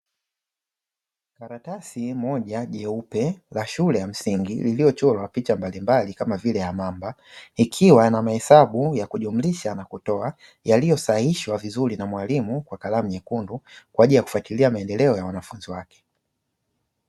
Karatasi moja jeupe la shule ya msingi lililochorwa picha mbalimbali kama vile ya mamba, ikiwa na mahesabu ya kujumlisha na kutoa yaliyosahihishwa vizuri na mwalimu kwa kalamu nyekundu, kwaajili ya kufuatailia maendeleo ya wanafunzi wake.